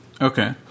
okay